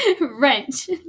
wrench